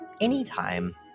Anytime